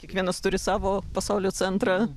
kiekvienas turi savo pasaulio centrą